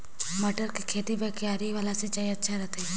मटर के खेती बर क्यारी वाला सिंचाई अच्छा रथे?